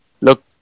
Look